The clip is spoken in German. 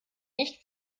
nicht